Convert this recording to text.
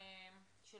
פניות של